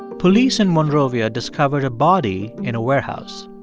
police in monrovia discovered a body in a warehouse,